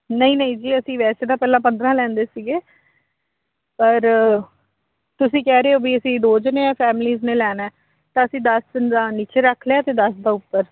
ਨਹੀਂ ਨਹੀਂ ਜੀ ਅਸੀਂ ਵੈਸੇ ਤਾਂ ਪਹਿਲਾਂ ਪੰਦਰਾਂ ਲੈਂਦੇ ਸੀਗੇ ਪਰ ਤੁਸੀਂ ਕਹਿ ਰਹੇ ਹੋ ਬਈ ਅਸੀਂ ਦੋ ਜਣੇ ਹਾਂ ਫੈਮਲੀਜ ਨੇ ਲੈਣਾ ਤਾਂ ਅਸੀਂ ਦਸ ਦਾ ਨੀਚੇ ਰੱਖ ਲਿਆ ਅਤੇ ਦਸ ਦਾ ਉੱਪਰ